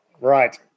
Right